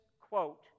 quote